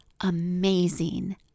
amazing